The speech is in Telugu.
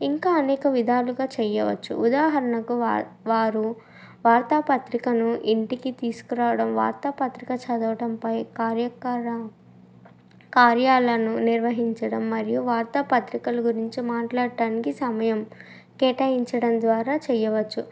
ఇంకా అనేక విధాలుగా చేయవచ్చు ఉదాహరణకు వా వారు వార్తాపత్రికను ఇంటికి తీసుకురావడం వార్తాపత్రిక చదవటంపై కార్యకలా కార్యాలను నిర్వహించడం మరియు వార్త పత్రికల గురించి మాట్లాడటానికి సమయం కేటాయించడం ద్వారా చేయవచ్చు